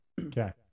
Okay